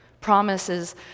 Promises